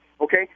okay